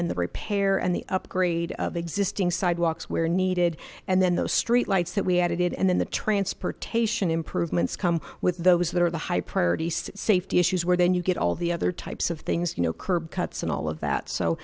then the repair and the upgrade of existing sidewalks where needed and then the street lights that we added and then the transportation improvements come with those that are the high priority safety issues where then you get all the other types of things you know curb cuts and all of that so